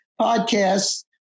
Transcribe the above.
podcasts